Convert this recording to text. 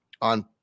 on